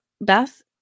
Beth